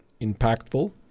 impactful